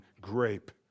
grape